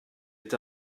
est